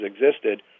existed